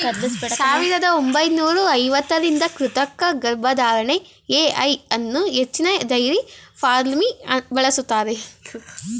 ಸಾವಿರದ ಒಂಬೈನೂರ ಐವತ್ತರಿಂದ ಕೃತಕ ಗರ್ಭಧಾರಣೆ ಎ.ಐ ಅನ್ನೂ ಹೆಚ್ಚಿನ ಡೈರಿ ಫಾರ್ಮ್ಲಿ ಬಳಸ್ತಾರೆ